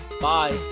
Bye